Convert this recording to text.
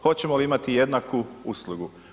Hoćemo li imati jednaku uslugu?